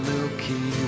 Milky